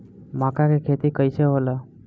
मका के खेती कइसे होला?